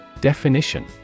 Definition